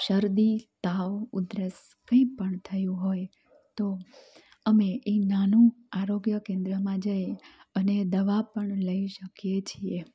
શરદી તાવ ઉધરસ કંઇપણ થયું હોય તો અમે એ નાનું આરોગ્ય કેન્દ્રમાં જઈ અને દવા પણ લઈ શકીએ છીએ